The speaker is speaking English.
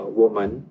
woman